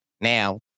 now